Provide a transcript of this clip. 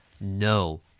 No